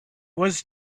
was